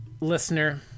listener